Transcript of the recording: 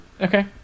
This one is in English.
Okay